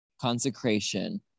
Consecration